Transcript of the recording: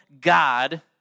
God